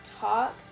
talk